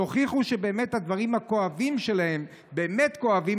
תוכיחו שהדברים הכואבים שלהם באמת כואבים